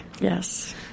Yes